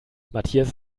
matthias